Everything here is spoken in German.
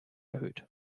erhöht